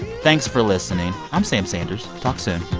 thanks for listening. i'm sam sanders. talk soon